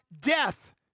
Death